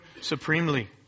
supremely